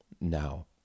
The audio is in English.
now